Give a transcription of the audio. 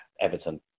Everton